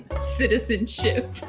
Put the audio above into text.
citizenship